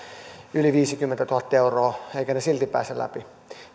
yli viisikymmentätuhatta euroa eivätkä silti pääse läpi